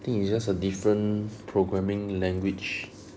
think it's just different programming language